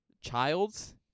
Childs